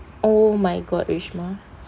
oh my god reshma